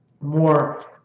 more